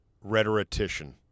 rhetorician